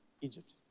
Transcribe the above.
Egypt